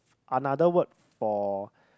another word for